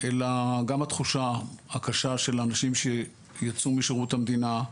אלא גם התחושה הקשה של האנשים שיצאו משירות המדינה,